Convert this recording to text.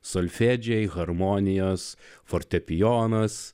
solfedžio harmonijos fortepijonas